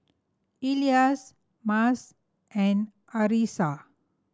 Elyas Mas and Arissa